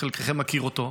חלקכם מכיר אותו.